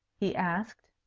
he asked.